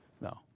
No